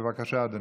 בבקשה, אדוני.